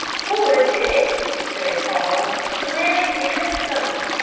poor dick! said carl, leg and a stump!